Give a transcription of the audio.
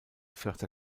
vierter